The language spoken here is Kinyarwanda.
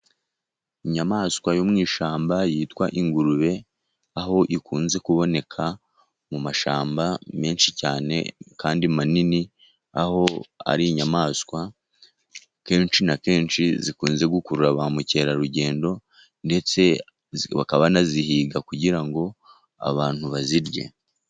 Inyamaswa yo mu ishyamba yitwa ingurube, aho ikunze kuboneka mu mashyamba menshi cyane kandi manini, aho ari inyamaswa kenshi na kenshi zikunze gukurura ba mukerarugendo, ndetse bakaba anazihiga kugira ngo abantu bazirye.